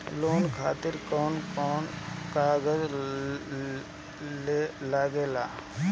Loan खातिर कौन कागज लागेला?